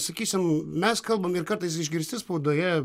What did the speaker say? sakysim mes kalbam ir kartais išgirsti spaudoje